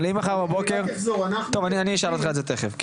אבל אם מחר בבוקר, טוב אני אשאל אותך את זה תיכף.